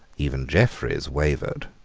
even jeffreys wavered.